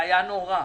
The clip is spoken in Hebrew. היה נורא.